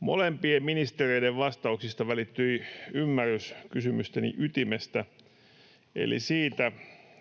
Molempien ministereiden vastauksista välittyi ymmärrys kysymysteni ytimestä eli siitä,